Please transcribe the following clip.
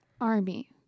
army